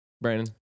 Brandon